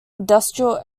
industrial